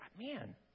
man